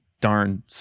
darn